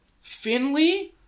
Finley